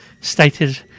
stated